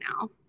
now